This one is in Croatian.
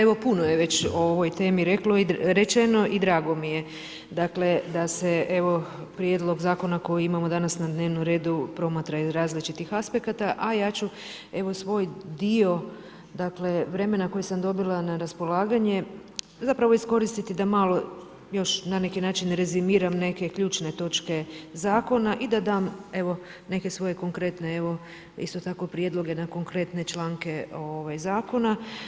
Evo puno je već o ovoj temi rečeno i drago mi je dakle da se prijedlog zakona koji imamo danas na dnevnom redu promatra iz različitih aspekata, a ja ću evo svoj dio vremena koji sam dobila na raspolaganje zapravo iskoristiti da malo još na neki način rezimiram neke ključne točke zakona i da dam evo neke svoje konkretne isto tako prijedloge na konkretne članke zakona.